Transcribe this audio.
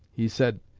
he said,